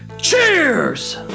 cheers